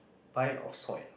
pile of soil